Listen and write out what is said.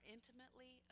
intimately